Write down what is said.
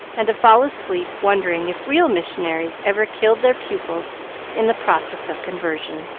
and to fall asleep, wondering if real missionaries ever killed their pupils in the process of conversion.